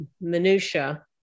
minutiae